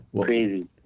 Crazy